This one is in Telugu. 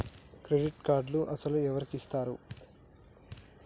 క్రెడిట్ కార్డులు అసలు ఎవరికి ఇస్తారు?